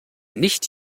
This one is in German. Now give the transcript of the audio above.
nicht